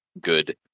good